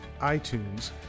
iTunes